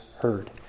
heard